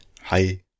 Hi